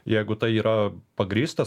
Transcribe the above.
jeigu tai yra pagrįstas